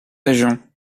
région